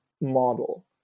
model